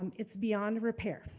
it's beyond repair.